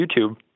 YouTube